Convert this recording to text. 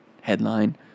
headline